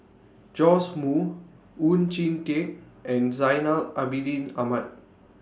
Joash Moo Oon Jin Teik and Zainal Abidin Ahmad